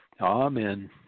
Amen